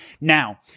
now